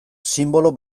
sinbolo